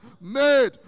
made